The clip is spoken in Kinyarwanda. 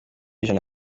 ijana